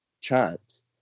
chance